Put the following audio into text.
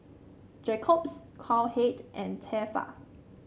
Jacob's Cowhead and Tefal